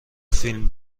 فیلم